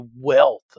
wealth